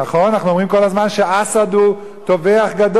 אנחנו אומרים כל הזמן שאסד הוא טובח גדול, אף